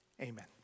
Amen